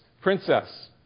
princess